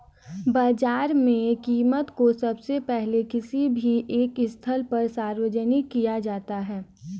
बाजार में कीमत को सबसे पहले किसी भी एक स्थल पर सार्वजनिक किया जाता है